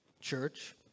church